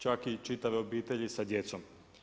Čak i čitave obitelji sa djecom.